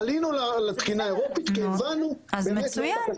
עלינו לתקינה האירופית כי הבנו --- מצוין,